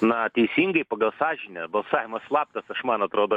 na teisingai pagal sąžinę balsavimas slaptas aš man atrodo